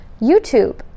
YouTube